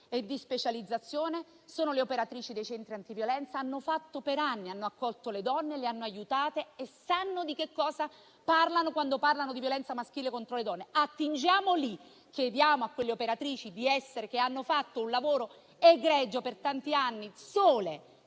e di specializzazione, e sono le operatrici dei centri antiviolenza: lo hanno fatto per anni, hanno accolto le donne, le hanno aiutate e sanno di cosa parlano quando parlano di violenza maschile contro le donne. Attingiamo lì, e chiediamo a quelle operatrici che hanno fatto un lavoro egregio per tanti anni da sole,